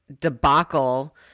debacle